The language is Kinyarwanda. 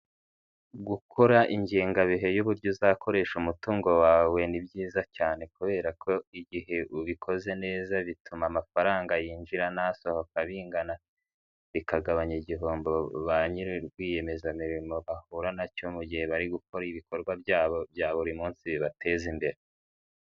Gukora ingengabihe y'uburyo uzakoresha umutungo wawe ni byiza cyane kubera ko igihe ubikoze neza bituma amafaranga yinjira n'asohoka bingana, bikagabanya igihombo barwiyemezamirimo bahura nacyo mu gihe bari gukora ibikorwa byabo bya buri munsi bibateza imbere.